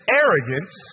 arrogance